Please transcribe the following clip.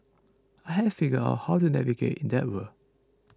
I had figured out how to navigate in that world